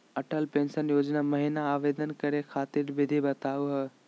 Atal pension योजना महिना आवेदन करै खातिर विधि बताहु हो?